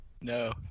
No